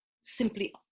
simply